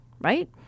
right